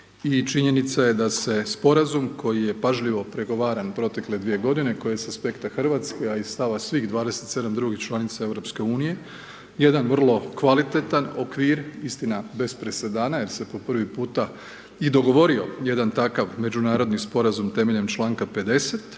činjenica je da se sporazum koji je pažljivo pregovaran protekle 2 g. koji je sa aspekta Hrvatske, a i stava svih 27 drugih članica EU, jedan vrlo kvalitetan okvir, istina, bez presedana, jer se po prvi puta i dogovorio jedan takav međunarodni sporazum temeljem čl. 50